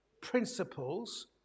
principles